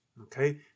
Okay